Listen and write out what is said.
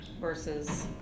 versus